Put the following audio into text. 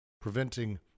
preventing